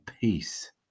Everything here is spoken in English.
peace